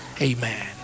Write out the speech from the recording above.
Amen